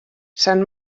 sant